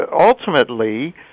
ultimately